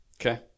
Okay